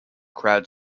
crowd